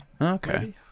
Okay